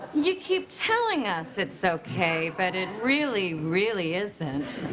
you keep telling us it's okay, but it really, really isn't.